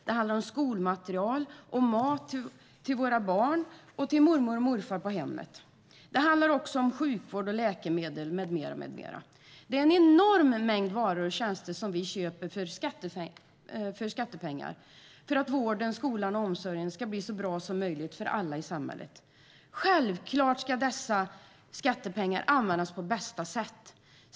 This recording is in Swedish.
Det handlar om skolmateriel, om mat till våra barn och till mormor och morfar på hemmet. Det handlar också om sjukvård och läkemedel med mera. Det är en enorm mängd varor och tjänster som vi köper för skattepengar för att vården, skolan och omsorgen ska bli så bra som möjligt för alla i samhället. Självklart ska dessa skattepengar användas på bästa sätt.